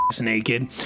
naked